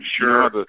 Sure